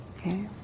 Okay